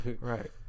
Right